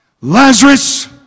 Lazarus